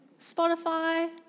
Spotify